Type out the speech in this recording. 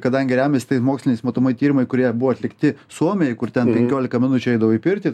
kadangi remiasi tais moksliniais matomai tyrimai kurie buvo atlikti suomijoje kur ten penkiolika min eidavo į pirtį